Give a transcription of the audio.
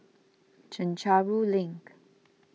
Chencharu Link